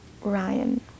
Ryan